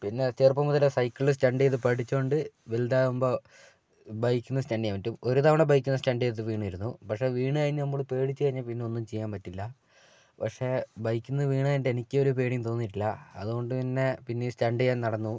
പിന്നെ ചെറുപ്പം മുതലേ സൈക്കിളിൽ സ്റ്റണ്ട് ചെയ്ത് പഠിച്ചതുകൊണ്ട് വലുതാകുമ്പോൾ ബൈക്കിൽനിന്ന് സ്റ്റണ്ട് ചെയ്യാൻ പറ്റും ഒരു തവണ ബൈക്കിൽനിന്ന് സ്റ്റണ്ട് ചെയ്തിട്ട് വീണിരുന്നു പക്ഷെ വീണു കഴിഞ്ഞാൽ നമ്മൾ പേടിച്ചു കഴിഞ്ഞാൽ പിന്നെ ഒന്നും ചെയ്യാൻ പറ്റില്ല പക്ഷെ ബൈക്കിൽനിന്ന് വീണ് കഴിഞ്ഞിട്ട് എനിക്കൊരു പേടിയും തോന്നിയിട്ടില്ല അതുകൊണ്ട് തന്നെ പിന്നെയും സ്റ്റണ്ട് ചെയ്യാൻ നടന്നു